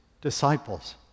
disciples